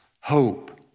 hope